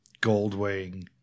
Goldwing